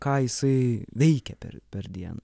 ką jisai veikia per per dieną